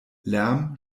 lärm